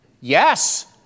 Yes